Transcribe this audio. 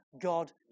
God